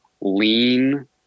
lean